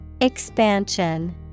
Expansion